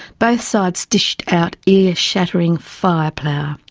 both sides dished out ear shattering fire power.